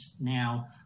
now